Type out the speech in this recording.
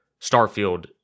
Starfield